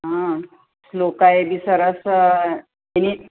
હં શ્લોકાએ બી સરસ એની